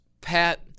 Pat